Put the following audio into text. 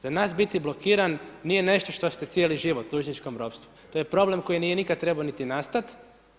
Za nas biti blokiran, nije nešto što ste cijeli život u dužničkom ropstvu, to je problem koji nije nikada trebao niti nastati.